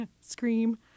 Scream